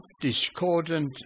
discordant